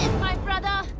my brother!